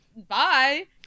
Bye